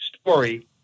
story